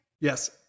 Yes